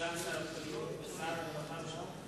סגן שר הבריאות ושר הרווחה והשירותים החברתיים.